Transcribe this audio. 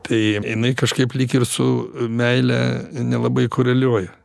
tai jinai kažkaip lyg ir su meile nelabai koreliuoja